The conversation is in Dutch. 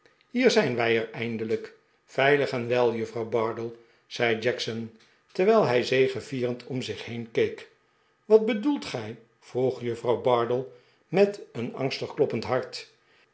hier zijn wij er eindelijk veilig en wel juffrouw bardell zei jackson terwijl hij zegevierend om zich heen keek wat bedoelt gij vroeg juffrouw bardell met een angstig kloppend hart